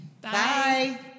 Bye